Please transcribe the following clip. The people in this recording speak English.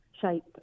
shape